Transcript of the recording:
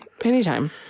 Anytime